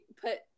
put